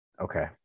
Okay